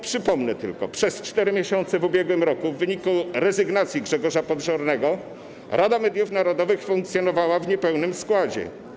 Przypomnę tylko: przez 4 miesiące w ubiegłym roku w wyniku rezygnacji Grzegorza Podżornego Rada Mediów Narodowych funkcjonowała w niepełnym składzie.